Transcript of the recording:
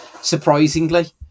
surprisingly